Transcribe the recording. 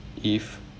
if